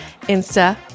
Insta